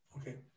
Okay